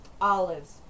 olives